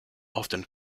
often